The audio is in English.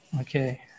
Okay